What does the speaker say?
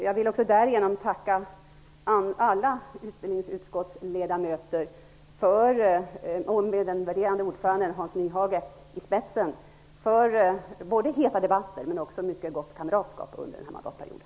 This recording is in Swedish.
Jag vill också tacka alla ledamöter i utbildningsutskottet med vår värderade ordförande Hans Nyhage i spetsen för både heta debatter och ett mycket gott kamratskap under den här mandatperioden.